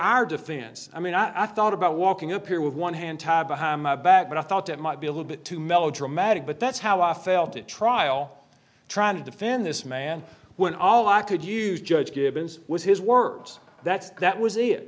our defense i mean i thought about walking up here with one hand tied behind my back but i thought that might be a little bit too melodramatic but that's how i felt at trial trying to defend this man when all i could use judge gibbons was his words that's that was